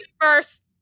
first